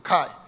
Kai